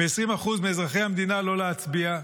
מ-20% מאזרחי המדינה להצביע.